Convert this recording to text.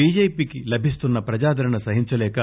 బీజేపీకి లభిస్తున్న ప్రజాదరణ సహించలేక